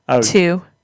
Two